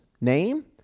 name